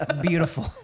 beautiful